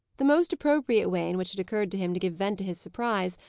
the most appropriate way in which it occurred to him to give vent to his surprise,